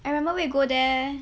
I remember we go there